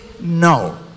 no